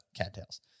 cattails